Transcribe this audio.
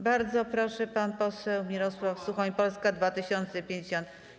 Bardzo proszę, pan poseł Mirosław Suchoń, Polska 2050.